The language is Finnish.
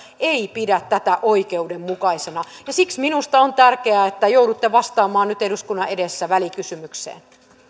ei pidä tätä oikeudenmukaisena ja siksi minusta on tärkeää että joudutte vastaamaan nyt eduskunnan edessä välikysymykseen